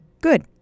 Good